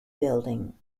building